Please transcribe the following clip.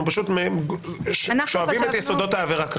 אנחנו כרגע שואבים את יסודות העבירה.